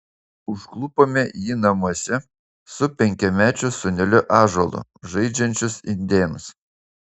užklupome jį namuose su penkiamečiu sūneliu ąžuolu žaidžiančius indėnus